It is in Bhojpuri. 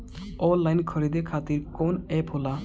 आनलाइन खरीदे खातीर कौन एप होला?